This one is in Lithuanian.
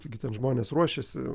taigi ten žmonės ruošėsi